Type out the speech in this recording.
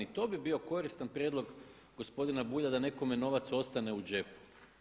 To bi bio koristan prijedlog gospodina Bulja da nekome novac ostane u džepu.